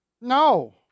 No